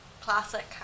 Classic